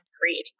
creating